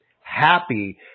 happy